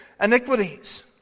iniquities